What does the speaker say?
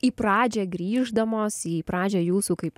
į pradžią grįždamos į pradžią jūsų kaip